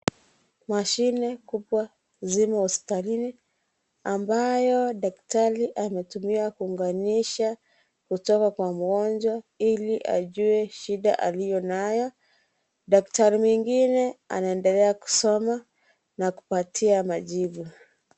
Mashine kubwa zimo hospitalini ambayo daktari ametumia kuunganisha kutoka kwa mgonjwa ili ajue shida aliyo nayo. Daktari mwingine anaendelea kusoma na kupatia majibu.